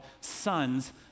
sons